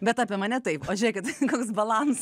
bet apie mane taip o žėkit koks balans